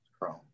Chrome